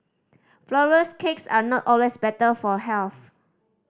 flourless cakes are not always better for health